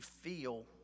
feel